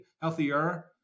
healthier